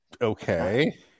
Okay